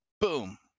Boom